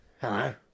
Hello